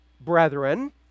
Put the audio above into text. brethren